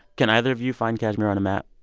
can either of you find kashmir on a map?